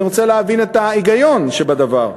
אני רוצה להבין את ההיגיון שבדבר.